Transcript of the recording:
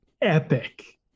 epic